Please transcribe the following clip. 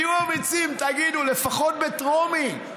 תהיו אמיצים, תגידו לפחות בטרומי,